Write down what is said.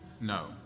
no